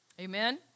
Amen